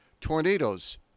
tornadoes